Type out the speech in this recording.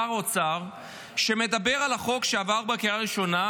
שר אוצר שמדבר על החוק שעבר בקריאה ראשונה,